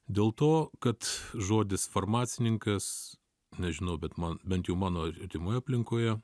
dėl to kad žodis farmacininkas nežinau bet man bent jau mano artimoje aplinkoje